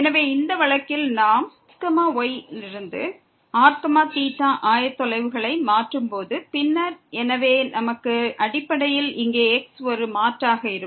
எனவே இந்த வழக்கில் நாம் x y இருந்து r θ ஆயத்தொலைவுகளை மாற்றும் போது பின்னர் எனவே நமக்கு அடிப்படையில் இங்கே x ஒரு மாற்றாக இருக்கும்